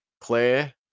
Claire